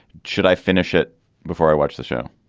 should i finish it before i watch the show?